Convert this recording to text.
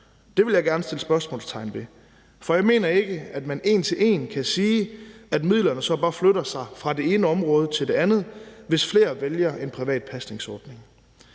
Det vil jeg gerne sætte spørgsmålstegn ved, for jeg mener ikke, at man en til en kan sige, at midlerne så bare flytter sig fra det ene område til det andet, hvis flere vælger en privat pasningsordning.